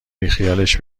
بیخیالش